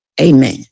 amen